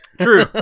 True